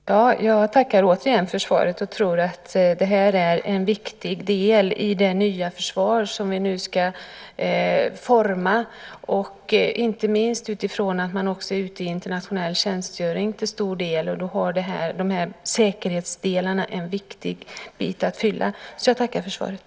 Fru talman! Jag tackar återigen för svaret. Det är en viktig del i det nya försvar som vi nu ska forma. Det gäller inte minst utifrån att man till stor del också är ute i internationell tjänstgöring. Då har säkerhetsdelarna en viktig funktion att fylla. Jag tackar för svaret.